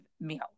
meal